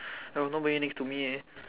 no~ nobody next to me eh